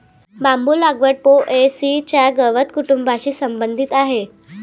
बांबू लागवड पो.ए.सी च्या गवत कुटुंबाशी संबंधित आहे